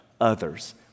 others